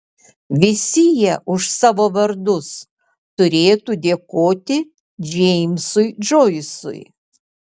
visi jie už savo vardus turėtų dėkoti džeimsui džoisui